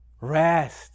Rest